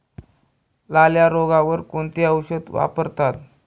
लाल्या रोगावर कोणते औषध वापरतात?